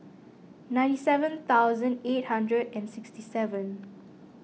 ninety seven thousand eight hundred and sixty seven